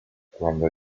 cuando